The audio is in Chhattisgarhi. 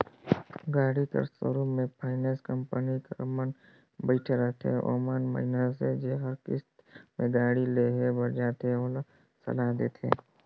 गाड़ी कर सोरुम में फाइनेंस कंपनी कर मन बइठे रहथें ओमन मइनसे जेहर किस्त में गाड़ी लेहे बर जाथे ओला सलाह देथे